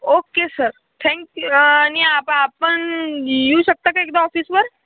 okay sir thank नि आप आपण येऊ शकता का एकदा ऑफिसवर